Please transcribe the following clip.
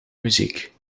muziek